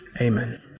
amen